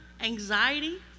anxiety